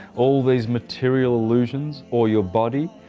all those material illusions or your body?